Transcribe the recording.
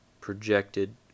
projected